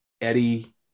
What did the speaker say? Eddie